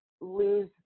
Lose